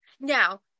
now